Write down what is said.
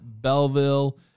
Belleville